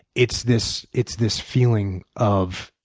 it's this it's this feeling of